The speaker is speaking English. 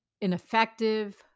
ineffective